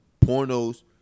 pornos